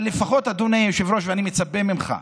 אבל לפחות, אדוני היושב-ראש, אני מצפה ממך: